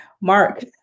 Mark